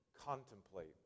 contemplate